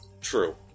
True